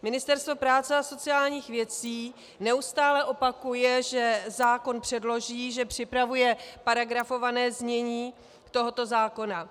Ministerstvo práce a sociálních věcí neustále opakuje, že zákon předloží, že připravuje paragrafované znění tohoto zákona.